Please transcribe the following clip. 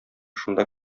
шунда